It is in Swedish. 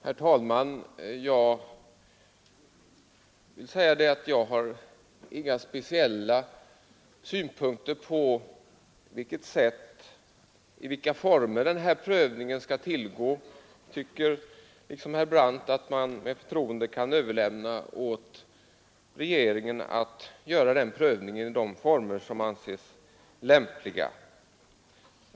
Herr talman! Jag har inga speciella synpunkter på i vilka former och på vilket sätt den här prövningen skall tillgå. Jag tycker liksom herr Brandt att man med förtroende kan överlämna åt regeringen att göra den prövningen i de former som anses lämpliga.